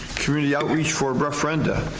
community outreach for referendum.